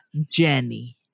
Jenny